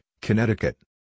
Connecticut